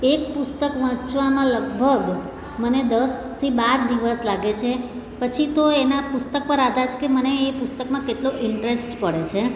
એક પુસ્તક વાંચવામાં લગભગ મને દસથી બાર દિવસ લાગે છે પછી તો એનાં પુસ્તક પર આધાર છે કે મને એ પુસ્તકમાં કેટલો ઇન્ટરેસ્ટ પડે છે